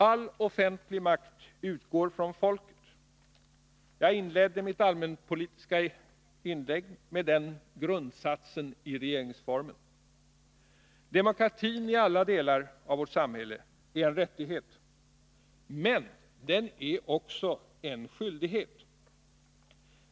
All offentlig makt utgår från folket — jag inledde mitt allmänpolitiska inlägg med den grundsatsen från regeringsformen. Demokratin i alla delar av vårt samhälle är en rättighet. Men den är också en skyldighet.